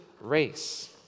race